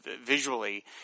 visually